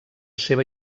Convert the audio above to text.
seva